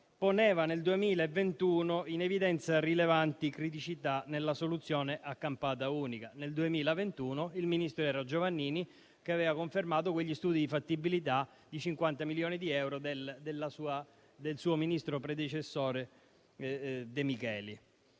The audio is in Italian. evidenza nel 2021 rilevanti criticità nella soluzione a campata unica. Nel 2021 il ministro era Giovannini, che aveva confermato quegli studi di fattibilità di 50 milioni di euro del ministro De Micheli,